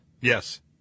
Yes